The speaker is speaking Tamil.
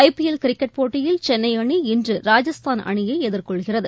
ஐ பிஎல் கிரிக்கெட் போட்டியில் சென்னைஅணி இன்று ராஜஸ்தான் அணியைஎதிர் கொள்கிறது